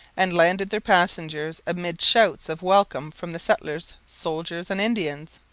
and landed their passengers amid shouts of welcome from the settlers, soldiers, and indians.